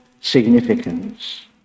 significance